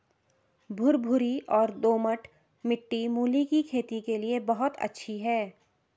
भुरभुरी और दोमट मिट्टी मूली की खेती के लिए बहुत अच्छी है